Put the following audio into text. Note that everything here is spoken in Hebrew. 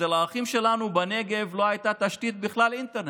אצל האחים שלנו בנגב לא הייתה בכלל תשתית אינטרנט.